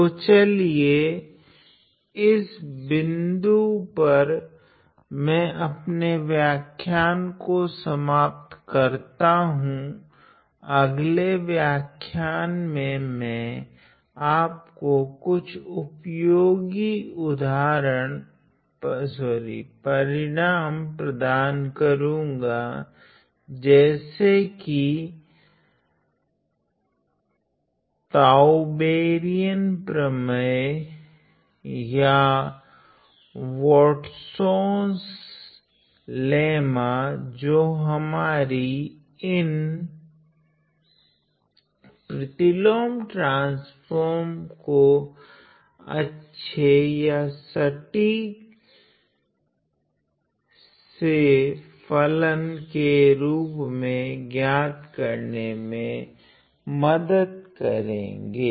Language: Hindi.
तो चलिए इस बिन्दु पर मैं अपना व्याख्यान समाप्त करता हूँ अगले व्याख्यान मे मैं आपको कुछ उपयोगी परिणाम प्रदान करुगा जैसे कि ताऊबेरियन प्रमेय या वट्सोंस लेमा जो हमारी इन प्रतिलोम ट्रान्स्फ़ोर्म्स को अच्छे या सटीक से फलन के रूप मे ज्ञात करने मे मदद करेगे